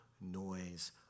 noise